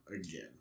again